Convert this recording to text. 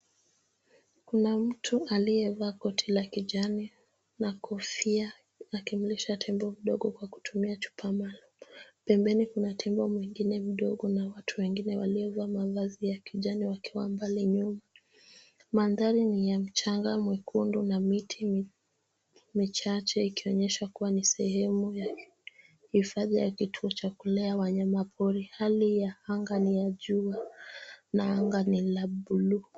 Kuna mtu aliyevaa koti la kijani na kofia akimlisha tembo mdogo kwa kutumia chupa . Pembeni kuna tembo mwingine mdogo na watu wengine waliovaa mavazi ya kijani wakiwa mbali nyuma. Mandhari ni ya mchanga mwekundu na miti michache ikionyesha kuwa ni sehemu ya hifadhi ya kituo cha kulea wanyama pori. Hali ya anga ni ya jua na anga ni la bluu.